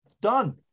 Done